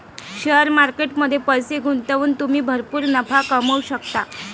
share market मध्ये पैसे गुंतवून तुम्ही भरपूर नफा कमवू शकता